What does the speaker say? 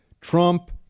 Trump